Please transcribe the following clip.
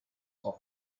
son